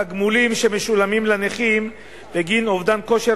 תגמולים המשולמים לנכים בגין אובדן כושר